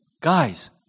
Guys